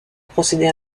procéder